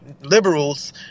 liberals